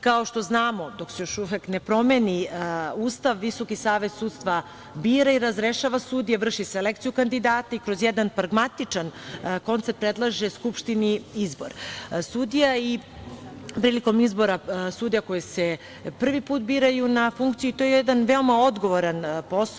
Kao što znamo, dok se još uvek ne promeni Ustav, Visoki savet sudstva bira i razrešava sudije, vrši selekciju kandidata i kroz jedan pragmatičan koncept predlaže Skupštini izbor sudija i prilikom izbora sudija koji se prvi put biraju na funkciju, to je jedan odgovoran posao.